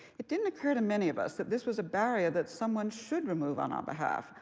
it didn't occur to many of us that this was a barrier that someone should remove on our behalf.